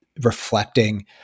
reflecting